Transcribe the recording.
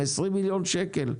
20 מיליון שקל,